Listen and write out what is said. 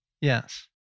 Yes